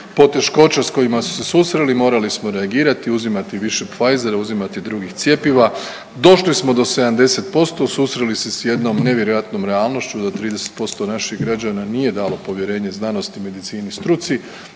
poteškoća s kojima su se susreli morali smo reagirati, uzimati više Pfizera, uzimati drugih cjepiva, došli smo do 70%, susreli se s jednom nevjerojatnom realnošću da 30% naših građana nije dalo povjerenje znanosti, medicini, struci,